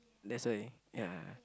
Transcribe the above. that's why ya